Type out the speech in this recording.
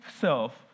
self